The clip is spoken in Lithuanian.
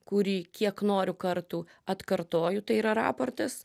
kurį kiek noriu kartų atkartoju tai yra raportas